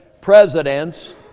presidents